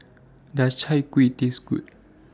Does Chai Kuih Taste Good